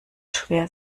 schwer